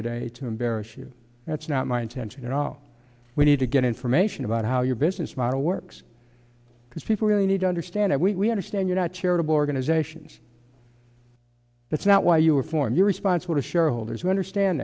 today to embarrass you that's not my intention at all we need to get information about how your business model works because people really need to understand it we understand you're not charitable organizations that's not why you were formed you're responsible to shareholders who understand